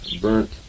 burnt